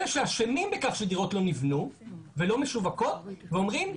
אלה שאשמים בכך שדירות לא נבנו ולא משווקות ואומרים: